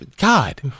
God